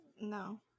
No